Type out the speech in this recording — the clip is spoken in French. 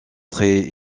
très